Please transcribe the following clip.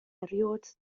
erioed